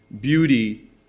beauty